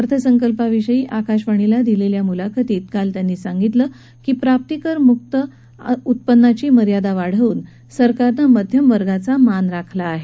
अर्थसंकल्पाविषयी आकाशवाणीला दिलेल्या मुलाखतीत काल त्यांनी सांगितलं की प्राप्तीकर मुक उत्पन्नाची मर्यादा वाढवून सरकारनं मध्यमवर्गांचा मान राखला आहे